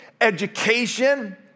education